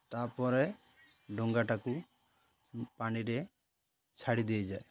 ତା'ପରେ ଡଙ୍ଗାଟାକୁ ପାଣିରେ ଛାଡ଼ି ଦିଆଯାଏ